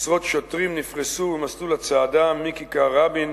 עשרות שוטרים נפרסו במסלול הצעדה מכיכר-רבין